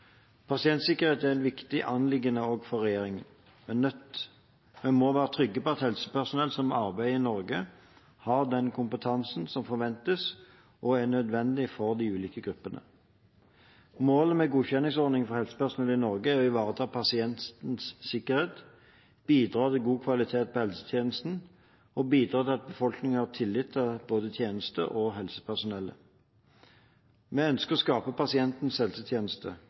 Pasientsikkerhet er et viktig anliggende også for regjeringen. Vi må være trygge på at helsepersonell som arbeider i Norge, har den kompetansen som forventes og er nødvendig for de ulike gruppene. Målet med godkjenningsordningene for helsepersonell i Norge er å ivareta pasientens sikkerhet, bidra til god kvalitet på helsetjenestene og bidra til at befolkningen har tillit til både tjenestene og helsepersonellet. Vi ønsker å skape pasientens helsetjeneste.